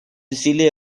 усилия